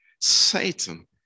Satan